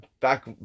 back